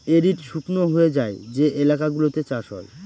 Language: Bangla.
এরিড শুকনো হয়ে যায় যে এলাকা সেগুলোতে চাষ হয়